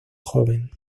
joven